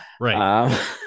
Right